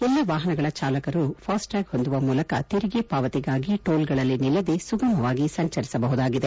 ಎಲ್ಲಾ ವಾಹನಗಳ ಚಾಲಕರುಗಳು ಫಾಸ್ಟ್ಟ್ಲಾಗ್ ಹೊಂದುವ ಮೂಲಕ ತೆರಿಗೆ ಪಾವತಿಗಾಗಿ ಟೋಲ್ಗಳಲ್ಲಿ ನಿಲ್ಲದೆ ಸುಗಮವಾಗಿ ಸಂಚರಿಸಬಹುದಾಗಿದೆ